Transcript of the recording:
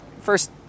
first